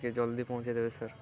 ଟିକେ ଜଲଦି ପହଞ୍ଚେଇଦେବେ ସାର୍